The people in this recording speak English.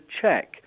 check